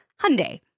Hyundai